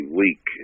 week